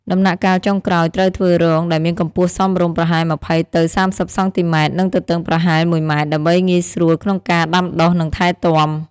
ដំណាក់កាលចុងក្រោយត្រូវធ្វើរងដែលមានកម្ពស់សមរម្យ ប្រហែល ២០ ទៅ ៣០ សង់ទីម៉ែត្រ និងទទឹងប្រហែល ១ ម៉ែត្រ ដើម្បីងាយស្រួលក្នុងការដាំដុះ និងថែទាំ។